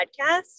podcast